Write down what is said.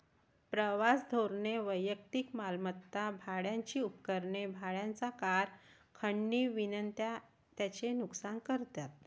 प्रवास धोरणे वैयक्तिक मालमत्ता, भाड्याची उपकरणे, भाड्याच्या कार, खंडणी विनंत्या यांचे नुकसान करतात